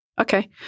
Okay